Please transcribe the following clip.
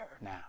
now